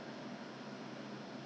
oh yeah ah